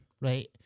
right